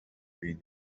been